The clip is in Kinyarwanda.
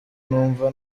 numva